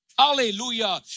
Hallelujah